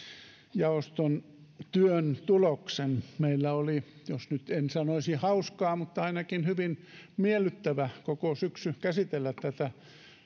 jaoston työn tuloksen meillä oli jos nyt en sanoisi hauskaa mutta ainakin hyvin miellyttävää koko syksy käsitellä tätä